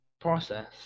process